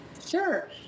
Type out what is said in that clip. Sure